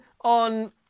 on